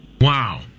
Wow